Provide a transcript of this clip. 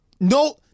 No